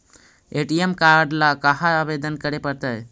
ATM card ल कहा आवेदन करे पड़तै?